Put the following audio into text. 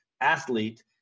athlete